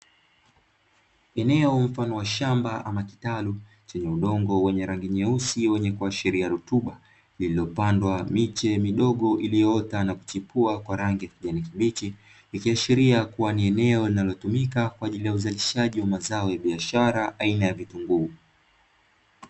Eneo mfano wa shamba ama kitalu chenye udongo wenye rangi nyeusi, wenye kuashiria rutuba ililopandwa miche midogo iliyoota na kuchipua kwa rangi ya kijani kibichi, ikiashiria kuwa ni eneo linalotumika kwaajili ya uzalishaji wa mazao ya biashara aina ya vitunguu.